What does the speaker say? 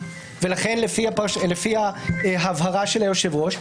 ולכן לפי ההבהרה של היושב-ראש,